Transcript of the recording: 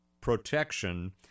protection